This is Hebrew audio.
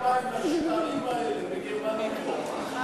כשאתה עמדת ומחאת כפיים לשקרים האלה בגרמנית פה.